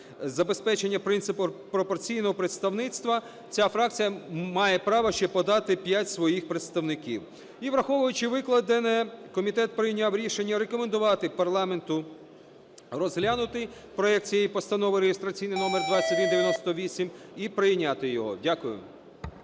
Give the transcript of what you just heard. забезпечення принципу пропорційного представництва, ця фракція має право ще подати 5 своїх представників. І, враховуючи викладене, комітет прийняв рішення рекомендувати парламенту розглянути проект цієї постанови (реєстраційний номер 2198) і прийняти його. Дякую.